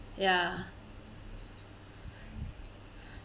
ya